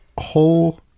whole